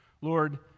Lord